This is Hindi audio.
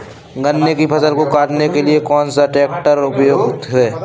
गन्ने की फसल को काटने के लिए कौन सा ट्रैक्टर उपयुक्त है?